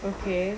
okay